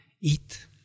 eat